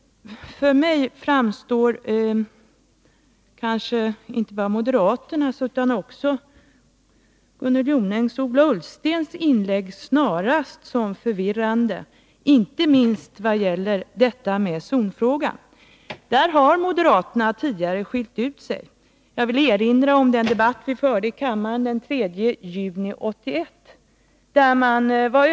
För mig framstår inte bara moderaternas utan också Gunnel Jonängs och Ola Ullstens inlägg snarast som förvirrande, inte minst när det gäller zonfrågan. Där har moderaterna tidigare skilt sig från övriga partier. Jag vill erinra om den debatt vi förde i kammaren den 3 juni 1981.